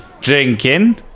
drinking